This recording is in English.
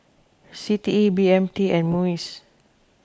C T E B M T and Muis